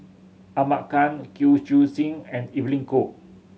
Ahmad Khan Kwek Siew Jin and Evelyn Goh